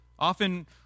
Often